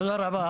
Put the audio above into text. תודה רבה.